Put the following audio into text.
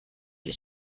gli